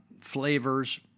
flavors